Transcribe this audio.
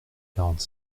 quarante